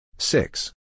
Six